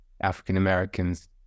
African-Americans